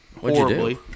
Horribly